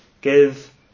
Give